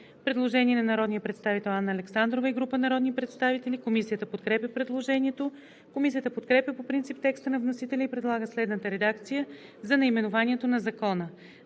Предложение на народния представител Анна Александрова и група народни представители. Комисията подкрепя предложението. Комисията подкрепя по принцип текста на вносителя и предлага следната редакция за наименованието на Закона: